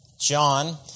John